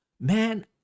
Man